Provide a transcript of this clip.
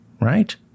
Right